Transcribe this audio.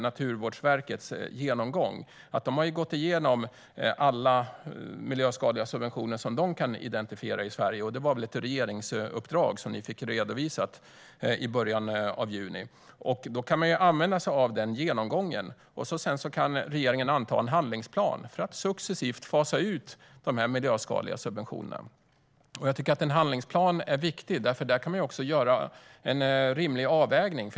Naturvårdsverkets genomgång är så bra därför att de har gått igenom alla miljöskadliga subventioner som de har identifierat i Sverige. Det var ett regeringsuppdrag som redovisades i början av juni. Den genomgången kan användas, och sedan kan regeringen anta en handlingsplan för att successivt fasa ut de miljöskadliga subventionerna. En handlingsplan är viktig. Där kan göras en rimlig avvägning.